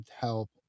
help